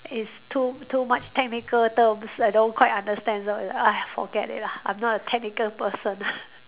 it's too too much technical terms I don't quite understand it !ugh! forget it lah I'm not a technical person